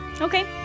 Okay